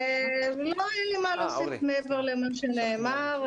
לא, אין לי מה להוסיף מעבר למה שנאמר.